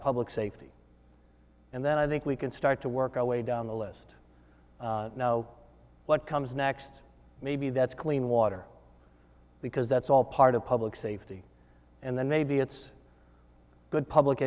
public safety and then i think we can start to work our way down the list now what comes next maybe that's clean water because that's all part of public safety and then maybe it's good public